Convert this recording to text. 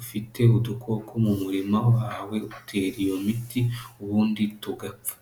ufite udukoko mu murima wawe utera iyo miti ubundi tugapfa.